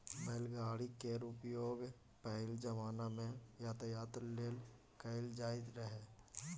बैलगाड़ी केर प्रयोग पहिल जमाना मे यातायात लेल कएल जाएत रहय